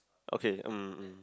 okay mm mm